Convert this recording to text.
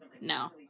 No